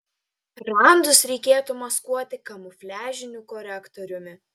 randus reikėtų maskuoti kamufliažiniu korektoriumi